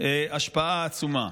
השפעה עצומה.